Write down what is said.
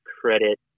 credit